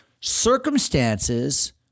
circumstances